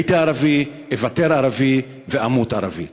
הייתי ערבי, איוותר ערבי ואמות ערבי.